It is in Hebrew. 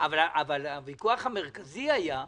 אבל הוויכוח המרכזי היה,